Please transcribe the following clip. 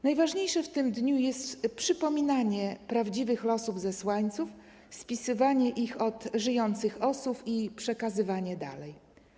Najważniejsze w tym dniu jest przypominanie prawdziwych losów zesłańców, spisywanie przekazów żyjących osób i przekazywanie ich dalej.